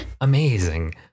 amazing